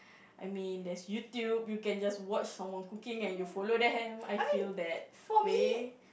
I mean there's YouTube you can just watch someone cooking and you follow them I feel that way